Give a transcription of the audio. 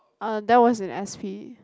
uh that was in S_P